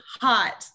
hot